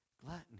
gluttony